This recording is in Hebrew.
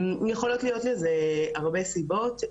יכולות להיות לזה הרבה סיבות,